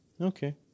Okay